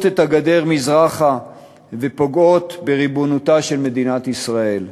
את הגדר מזרחה ופוגעות בריבונותה של מדינת ישראל?